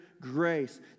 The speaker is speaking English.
grace